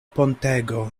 pontego